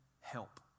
help